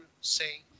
say